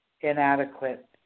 inadequate